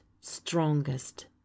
strongest